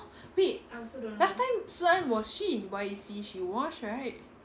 wait last time sun was she in Y_E_C she was right